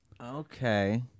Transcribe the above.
Okay